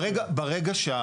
ברגע,